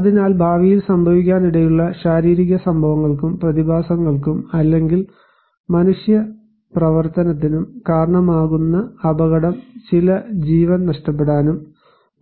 അതിനാൽ ഭാവിയിൽ സംഭവിക്കാനിടയുള്ള ശാരീരിക സംഭവങ്ങൾക്കും പ്രതിഭാസങ്ങൾക്കും അല്ലെങ്കിൽ മനുഷ്യ പ്രവർത്തനത്തിനും കാരണമാകുന്ന അപകടം ചില ജീവൻ നഷ്ടപ്പെടാനും